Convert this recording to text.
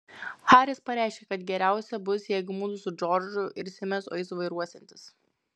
haris pareiškė kad geriausia bus jeigu mudu su džordžu irsimės o jis vairuosiantis